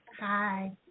Hi